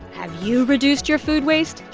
have you reduced your food waste?